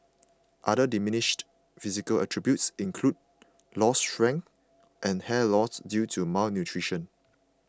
other diminished physical attributes include lost strength and hair loss due to malnutrition